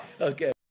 Okay